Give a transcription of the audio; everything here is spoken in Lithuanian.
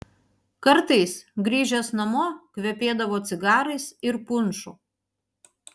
kartais grįžęs namo kvepėdavo cigarais ir punšu